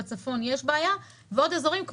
בצפון יש בעיה ועוד אזורים,